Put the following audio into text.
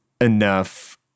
enough